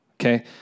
okay